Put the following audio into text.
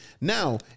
Now